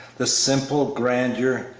the simple grandeur,